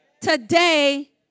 today